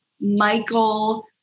Michael